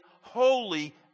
holy